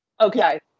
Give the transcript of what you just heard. Okay